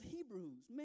Hebrews